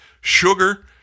sugar